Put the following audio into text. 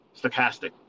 stochastic